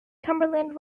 cumberland